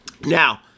Now